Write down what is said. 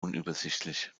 unübersichtlich